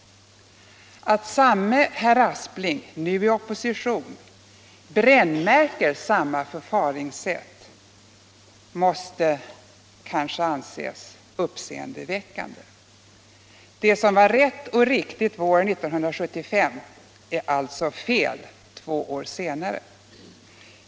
Att samme herr Aspling, nu i opposition, brännmärker samma förfaringssätt måste kanske anses uppseendeväckande. Det som var rätt och riktigt våren 1975 är alltså fel två år senare.